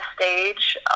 stage